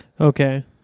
Okay